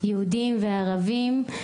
יהודים וערבים.